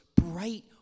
bright